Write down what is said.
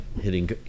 hitting